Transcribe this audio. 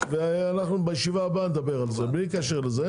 ואנחנו בישיבה הבאה נדבר על זה בלי קשר לזה.